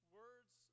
words